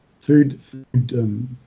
food